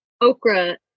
okra